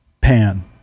Pan